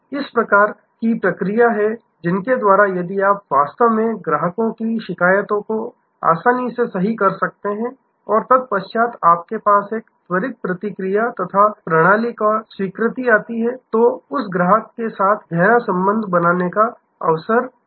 इस प्रकार की प्रक्रिया है जिनके द्वारा यदि आप वास्तव में ग्राहकों की शिकायतों को आसानी से सही कर सकते हैं और तत्पश्चात आपके पास एक त्वरित प्रतिक्रिया तथा प्रणाली का स्वीकृति आती है तो यह उस ग्राहक के साथ गहरा संबंध बनाने का अवसर है